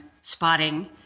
spotting